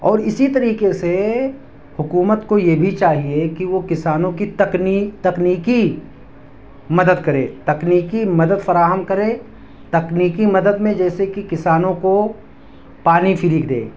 اور اسی طریقے سے حکومت کو یہ بھی چاہیے کہ وہ کسانوں کی تکنیک تکنیکی مدد کرے تکنیکی مدد فراہم کرے تکنیکی مدد میں جیسے کہ کسانوں کو پانی فری دے